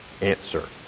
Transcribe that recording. answer